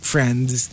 Friends